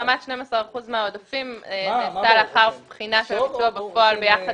השלמת 12 אחוזים מהעודפים נעשתה לאחר בחינה של ביצוע בפועל ביחד